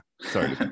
sorry